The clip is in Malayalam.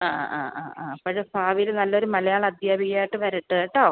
ആ ആ ആ ആ അപ്പോൾ ഭാവീൽ നല്ലൊരു മലയാള അദ്ധ്യാപികയായിട്ട് വരട്ടേട്ടോ